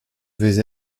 vais